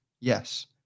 Yes